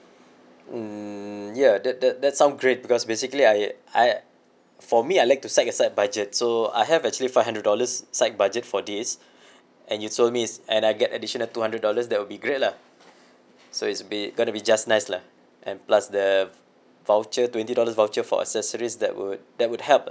mm ya that that that sound great because basically I I for me I like to set aside budget so I have actually five hundred dollars side budget for this and you told and I get additional two hundred dollars that will be great lah so it's be gonna be just nice lah and plus the voucher twenty dollar voucher for accessories that would that would help lah